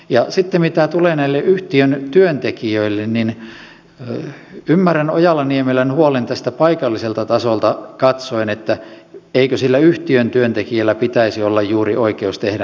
ja sitten mitä tulee näihin yhtiön työntekijöihin niin ymmärrän ojala niemelän huolen paikalliselta tasolta katsoen että eikö juuri sillä yhtiön työntekijällä pitäisi olla oikeus tehdä niitä sopimuksia